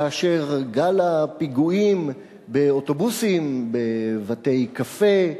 כאשר גל הפיגועים באוטובוסים, בבתי-קפה,